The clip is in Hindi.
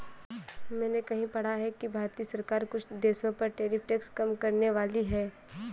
मैंने कहीं पढ़ा है कि भारतीय सरकार कुछ देशों पर टैरिफ टैक्स कम करनेवाली है